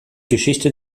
geschichte